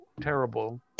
terrible